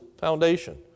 foundation